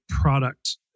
product